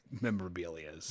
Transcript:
memorabilia